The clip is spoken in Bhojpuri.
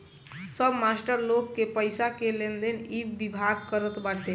सब मास्टर लोग के पईसा के लेनदेन इ विभाग करत बाटे